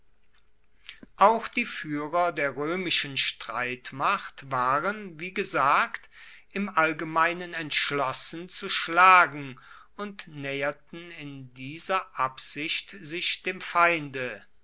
auch die fuehrer der roemischen streitmacht waren wie gesagt im allgemeinen entschlossen zu schlagen und naeherten in dieser absicht sich dem feinde